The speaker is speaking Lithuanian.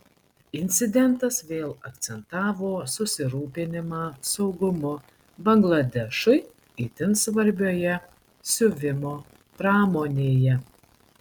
incidentas vėl akcentavo susirūpinimą saugumu bangladešui itin svarbioje siuvimo pramonėje